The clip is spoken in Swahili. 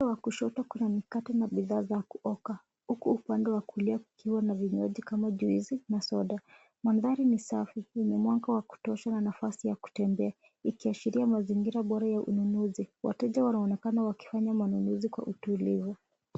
Upande wa kushoto kuna mikate na bidhaa za kuoka huku upande wa kulia kukiwa na vinywaji kama juisi na soda. Mandhari ni safi, yenye mwanga wa kutosha na nafasi ya kutembea ikiashiria mazingira bora ya ununuzi. Wateja wanaonekana wakitembea wakifanya manunuzi kwa utulivu.